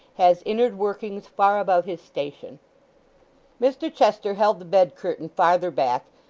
has inn'ard workings far above his station mr chester held the bed-curtain farther back,